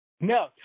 No